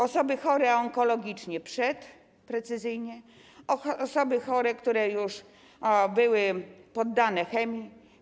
Osoby chore onkologicznie, a precyzyjnie: osoby chore, które już były poddane chemii.